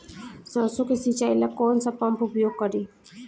सरसो के सिंचाई ला कौन सा पंप उपयोग करी?